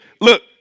look